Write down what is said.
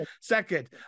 Second